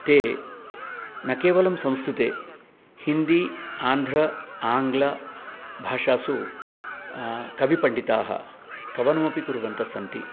ते न केवलं संस्कृते हिन्दी आन्ध्र आङ्ग्लभाषासु कविपण्डिताः कवनोपि कुर्वन्तः सन्ति